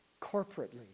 corporately